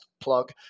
plug